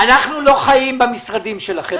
אנחנו לא חיים במשרדים שלכם.